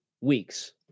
weeks